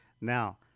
Now